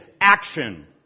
action